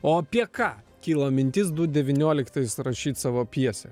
o apie ką kilo mintis du devynioliktais rašyt savo pjesę